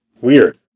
Weird